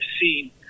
seen